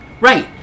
Right